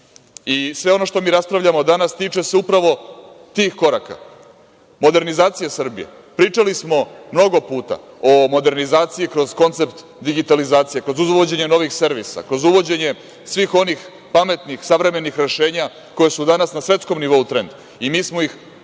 ono što mi raspravljamo danas tiče se upravo tih koraka, modernizacije Srbije. Pričali smo mnogo puta o modernizaciji kroz koncept digitalizacije, kroz uvođenje novih servisa, kroz uvođenje svih onih pametnih, savremenih rešenja koja su danas na svetskom nivou trend i mi smo ih u milion